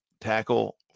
tackle